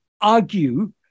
argue